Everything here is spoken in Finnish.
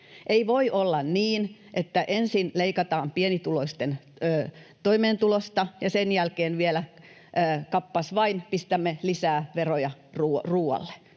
Ei voi olla niin, että ensin leikataan pienituloisten toimeentulosta ja sen jälkeen vielä, kappas vain, pistämme lisää veroja ruualle.